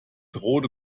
rote